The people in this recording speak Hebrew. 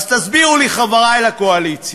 אז תסבירו לי, חברי בקואליציה,